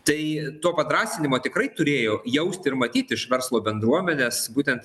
tai to padrąsinimo tikrai turėjo jaust ir matyt iš verslo bendruomenės būtent